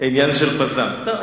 עניין של פז"מ.